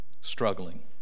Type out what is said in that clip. struggling